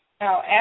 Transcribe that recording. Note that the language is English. Now